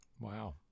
Wow